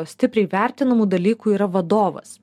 stipriai vertinamų dalykų yra vadovas